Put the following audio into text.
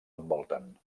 envolten